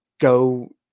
go